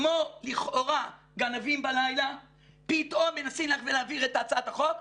כמו לכאורה גנבים בלילה פתאום מנסים ללכת ולהעביר את הצעת החוק.